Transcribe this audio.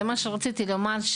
מה שרציתי לומר,